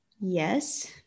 yes